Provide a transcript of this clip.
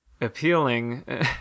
appealing